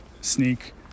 sneak